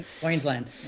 Queensland